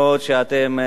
חבר הכנסת שלמה מולה,